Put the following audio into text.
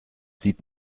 sieht